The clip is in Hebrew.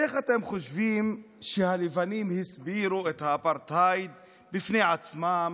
איך אתם חושבים שהלבנים הסבירו את האפרטהייד בפני עצמם,